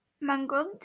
Mangold